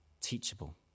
teachable